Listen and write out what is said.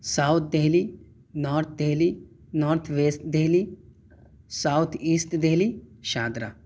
south Delhi north Delhi north west Delhi south east Delhi Shahdara